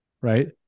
right